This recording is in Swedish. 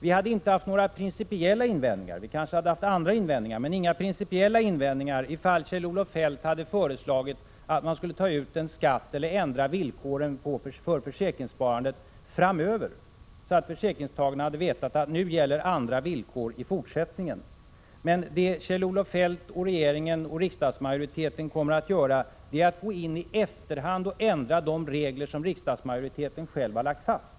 Ifall Kjell-Olof Feldt hade föreslagit att man skulle ta ut en skatt eller ändra villkoren i försäkringssparandet framöver, hade vi inte haft några principiella invändningar, även om vi kanske hade haft andra invändningar. Försäkringstagarna hade vetat att andra villkor skulle gälla i fortsättningen. 67 Men vad Kjell-Olof Feldt och regeringen och riksdagsmajoriteten nu gör är att gå in i efterhand och ändra de regler riksdagsmajoriteten själv har lagt fast.